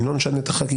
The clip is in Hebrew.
אם לא נשנה את החקיקה,